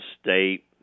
State